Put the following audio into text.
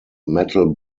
metal